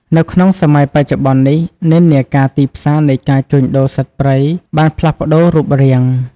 នៅក្នុងសម័យបច្ចុប្បន្ននេះ និន្នាការទីផ្សារនៃការជួញដូរសត្វព្រៃបានផ្លាស់ប្ដូររូបរាង។